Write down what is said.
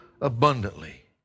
abundantly